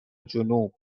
جنوب